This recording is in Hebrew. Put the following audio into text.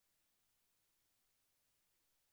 ולכן,